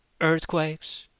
earthquakes